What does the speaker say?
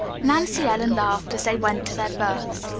nancy ellen laughed, as they went to their berths.